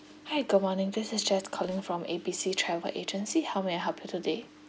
hi good morning this is jess calling from A B C travel agency how may I help you today